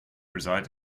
reside